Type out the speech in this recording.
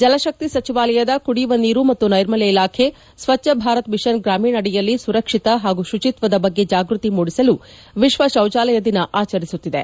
ಜಲಶಕ್ತಿ ಸಚಿವಾಲಯದ ಕುಡಿಯುವ ನೀರು ಮತ್ತು ನೈರ್ಮಲ್ಯ ಇಲಾಖೆ ಸ್ವಚ್ಲ ಭಾರತ್ ಮಿಷನ್ ಗ್ರಾಮೀಣ ಅಡಿಯಲ್ಲಿ ಸುರಕ್ಷಿತ ಹಾಗೂ ಶುಚಿತ್ವದ ಬಗ್ಗೆ ಜಾಗ್ಬತಿ ಮೂದಿಸಲು ವಿಶ್ವ ಶೌಚಾಲಯ ದಿನ ಆಚರಿಸುತ್ತಿದೆ